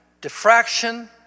diffraction